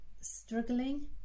struggling